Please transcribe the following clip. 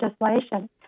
legislation